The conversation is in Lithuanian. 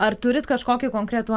ar turit kažkokį konkretų